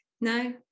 No